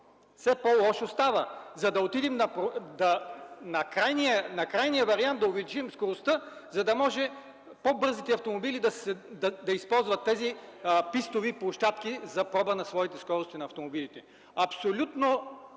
все по-лошо става, за да отидем на крайния вариант да увеличим скоростта, за да може по-бързите автомобили да използват тези пистови площадки за проба на своите скорости на автомобилите. Абсолютна